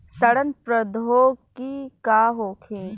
सड़न प्रधौगकी का होखे?